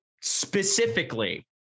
specifically